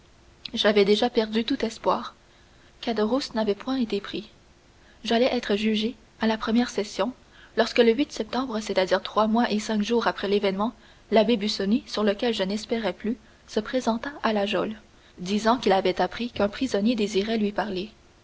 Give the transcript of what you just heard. j'avais déjà perdu tout espoir caderousse n'avait point été pris j'allais être jugé à la première session lorsque le septembre c'est-à-dire trois mois et cinq jours après l'événement l'abbé busoni sur lequel je n'espérais plus se présenta à la geôle disant qu'il avait appris qu'un prisonnier désirait lui parler